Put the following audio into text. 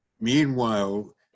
Meanwhile